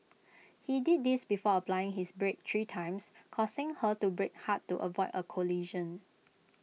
he did this before applying his brakes three times causing her to brake hard to avoid A collision